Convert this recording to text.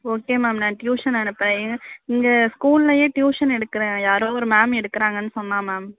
okay ma'am நான் tuition அனுப்புகிறேன் இங்க ஸ்கூல்லையே டியூஷன் எடுக்கிற யாரோ ஒரு மேம் எடுக்கிறாங்கன்னு சொன்னான் மேம்